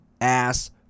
ass